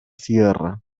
sierra